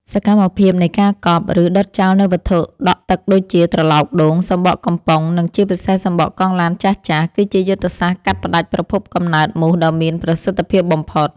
សកម្មភាពនៃការកប់ ឬដុតចោលនូវវត្ថុដក់ទឹកដូចជា ត្រឡោកដូង សំបកកំប៉ុង និងជាពិសេសសំបកកង់ឡានចាស់ៗ គឺជាយុទ្ធសាស្ត្រកាត់ផ្តាច់ប្រភពកំណើតមូសដ៏មានប្រសិទ្ធភាពបំផុត។